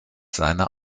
seine